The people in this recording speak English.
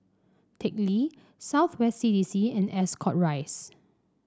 Teck Lee South West C D C and Ascot Rise